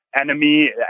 enemy